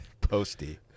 posty